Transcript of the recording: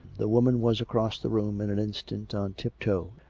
the woman was across the room in an instant, on tip toe,